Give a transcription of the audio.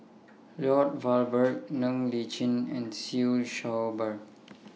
Lloyd Valberg Ng Li Chin and Siew Shaw Her